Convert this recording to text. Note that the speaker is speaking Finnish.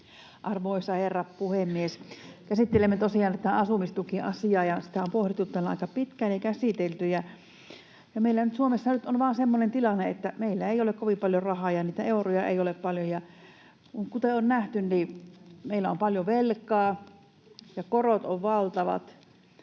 Arvoisa herra puhemies! Käsittelemme tosiaan tätä asumistukiasiaa, ja sitä on pohdittu ja käsitelty täällä aika pitkään. Meillä nyt Suomessa on vaan semmoinen tilanne, että meillä ei ole kovin paljon rahaa ja niitä euroja ei ole paljon. [Aino-Kaisa Pekonen: Ootteks te kuunnellu, mitä